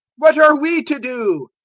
what are we to do?